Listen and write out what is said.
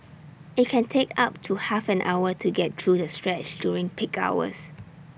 IT can take up to half an hour to get through the stretch during peak hours